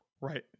Right